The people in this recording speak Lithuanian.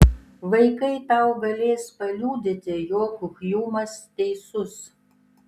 vaikai tau galės paliudyti jog hjumas teisus